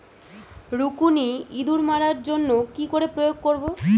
রুকুনি ইঁদুর মারার জন্য কি করে প্রয়োগ করব?